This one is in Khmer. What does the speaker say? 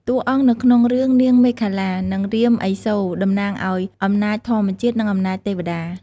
តួអង្គនៅក្នុងរឿងនាងមេខលា និងរាមឥសូរ តំណាងឱ្យអំណាចធម្មជាតិ និងអំណាចទេវតា។